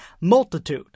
multitude